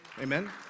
Amen